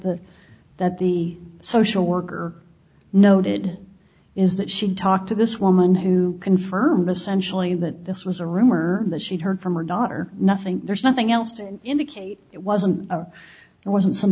the that the social worker noted is that she talked to this woman who confirm essentially that this was a rumor that she heard from her daughter nothing there's nothing else to indicate it wasn't there wasn't some